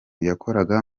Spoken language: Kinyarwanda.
yakoraga